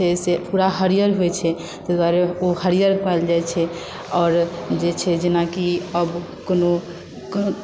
बाँस जे छै से पुरा हरिहर होइ छै तै दुआरे हरिहर बनायल जाइ छै आओर जे छै जेनाकि कोनो